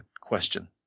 question